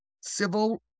Civil